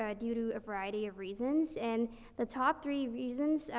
ah due to a variety of reasons. and the top three reasons, ah,